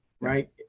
right